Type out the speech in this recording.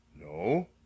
No